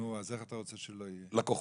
אז איך אתה רוצה שלא יהיה?